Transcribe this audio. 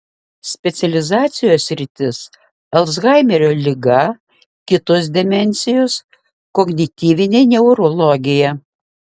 specializacijos sritis alzhaimerio liga kitos demencijos kognityvinė neurologija